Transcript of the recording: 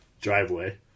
driveway